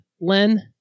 Len